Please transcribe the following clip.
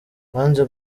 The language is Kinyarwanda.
banze